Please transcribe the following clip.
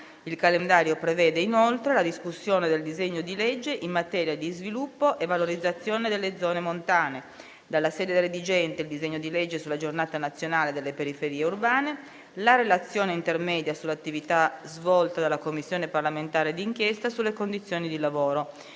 il calendario prevede, inoltre, la discussione del disegno di legge in materia di sviluppo e valorizzazione delle zone montane; dalla sede redigente il disegno di legge sulla Giornata nazionale delle periferie urbane; la relazione intermedia sull'attività svolta dalla Commissione parlamentare di inchiesta sulle condizioni di lavoro.